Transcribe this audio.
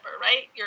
right